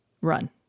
run